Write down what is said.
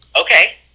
okay